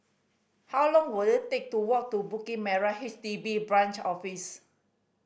how long will it take to walk to Bukit Merah H D B Branch Office